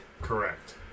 Correct